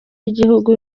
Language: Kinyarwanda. y’igihugu